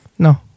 No